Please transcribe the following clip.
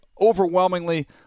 overwhelmingly